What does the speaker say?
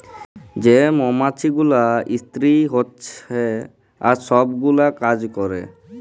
যে মমাছি গুলা ইস্তিরি হছে আর ছব গুলা কাজ ক্যরে